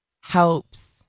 helps